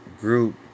group